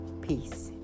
Peace